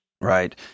right